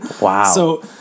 Wow